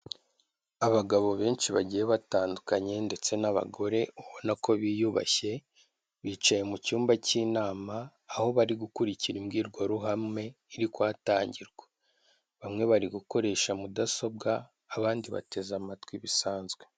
Abagabo benshi bagiye batandukanye ndetse n'abagore ubona ko biyubashye bicaye mu cyumba cy'inama, aho bari gukurikira imbwirwaruhame iri kuhatangirwa, bamwe bari gukoresha mudasobwa abandi bateze amatwi bisanzwe.